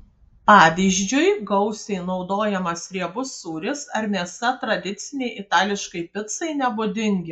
pavyzdžiui gausiai naudojamas riebus sūris ar mėsa tradicinei itališkai picai nebūdingi